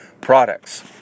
products